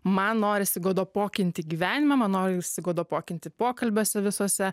man norisi godopokinti gyvenime man norisi godopokinti pokalbiuose visuose